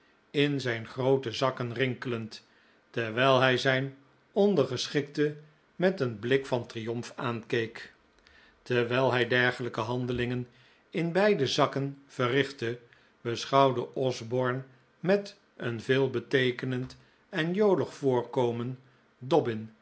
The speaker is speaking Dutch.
in zijn groote zakken rinkelend terwijl hij zijn ondergeschikte met een blik van triomf aankeek terwijl hij dergelijke handelingen in beide zakken verrichtte beschouwde osborne met een veelbeteekenend en jolig voorkomen